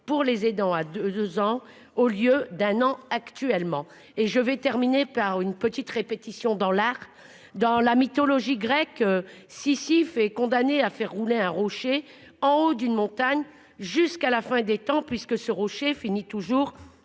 pour les aidants à deux ans au lieu d'un an actuellement. Je vais terminer par une petite répétition dans les règles de l'art. Dans la mythologie grecque, Sisyphe est condamné à faire rouler un rocher en haut d'une montagne jusqu'à la fin des temps, puisque ce rocher finit toujours